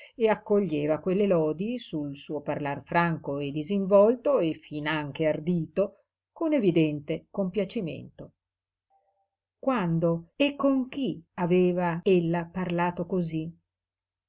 e accoglieva quelle lodi sul suo parlar franco e disinvolto e finanche ardito con evidente compiacimento quando e con chi aveva ella parlato cosí